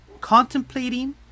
contemplating